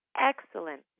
Excellent